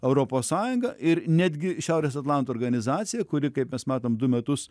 europos sąjunga ir netgi šiaurės atlanto organizacija kuri kaip mes matom du metus